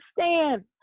stand